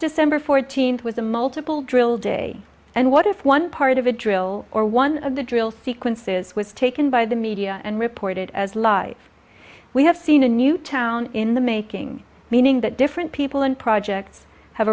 december fourteenth was a multiple drill day and what if one part of a drill or one of the drill sequences was taken by the media and reported as life we have seen a new town in the making meaning that different people and projects have